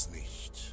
nicht